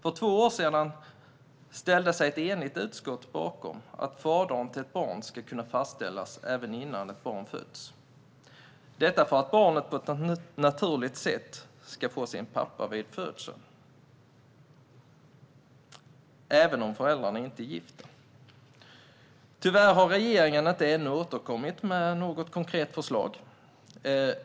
För två år sedan ställde sig ett enigt utskott bakom att fadern till ett barn ska kunna fastställas även innan barnet fötts. Detta för att barnet på ett naturligt sätt ska få sin pappa vid födseln även om föräldrarna inte är gifta. Tyvärr har regeringen ännu inte återkommit med något konkret förslag.